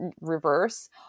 reverse